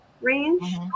range